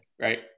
Right